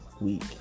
week